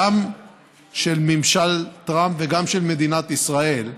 גם של ממשל טראמפ וגם של מדינת ישראל,